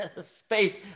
Space